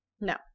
No